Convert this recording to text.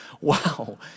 Wow